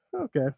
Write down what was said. Okay